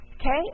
Okay